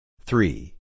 Three